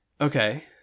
okay